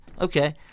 Okay